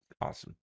Awesome